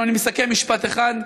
אני מסכם במשפט אחד,